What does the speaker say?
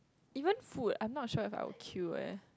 even food I'm not sure if I will queue leh